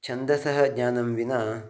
छन्दसः ज्ञानं विना